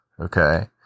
Okay